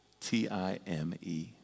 T-I-M-E